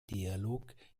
dialog